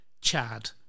Chad